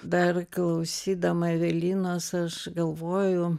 dar klausydama evelinos aš galvoju